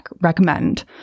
recommend